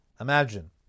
Imagine